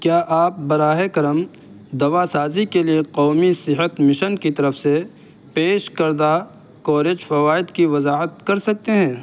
کیا آپ براہ کرم دواسازی کے لیے قومی صحت مشن کی طرف سے پیش کردہ کوریج فوائد کی وضاحت کر سکتے ہیں